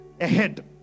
ahead